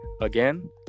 again